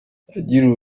yagiriwe